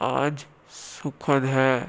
आज शुक्र है